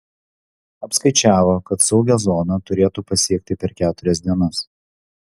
apskaičiavo kad saugią zoną turėtų pasiekti per keturias dienas